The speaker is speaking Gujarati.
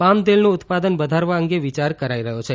પામતેલનું ઉત્પાદન વધારવા અંગે વિચાર કરાઈ રહ્યો છે